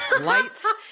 lights